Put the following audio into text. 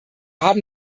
haben